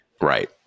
Right